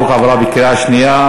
בקריאה שנייה.